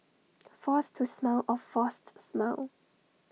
force to smile A forced smile